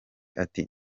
ati